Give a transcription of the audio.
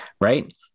right